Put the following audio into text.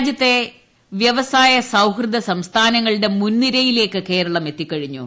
രാജ്യത്തെ വ്യവസായ സൌഹൃദ സംസ്ഥാനങ്ങളുടെ മുൻനിരയിലേക്ക് കേരളം എത്തിക്കഴിഞ്ഞു